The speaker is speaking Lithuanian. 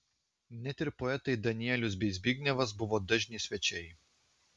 net ir poetai danielius bei zbignevas buvo dažni svečiai